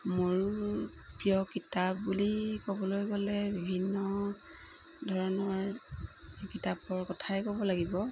মোৰ প্ৰিয় কিতাপ বুলি ক'বলৈ গ'লে বিভিন্ন ধৰণৰ কিতাপৰ কথাই ক'ব লাগিব